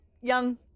young